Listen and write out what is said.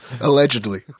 Allegedly